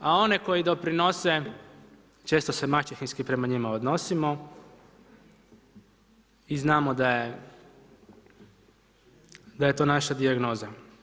A one koji doprinose često se maćehinski prema njima odnosimo i znamo da je to naša dijagnoza.